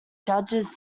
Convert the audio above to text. judges